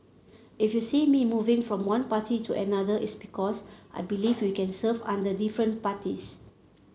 if you see me moving from one party to another it's because I believe we can serve under different parties